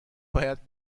باید